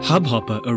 Hubhopper